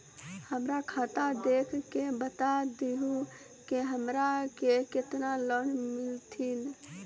हमरा खाता देख के बता देहु के हमरा के केतना लोन मिलथिन?